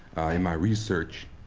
in my research,